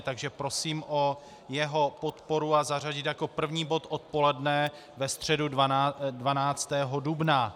Takže prosím o jeho podporu a zařadit jako první bod odpoledne ve středu 12. dubna.